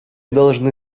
должны